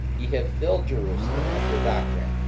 ye have filled jerusalem with your doctrine,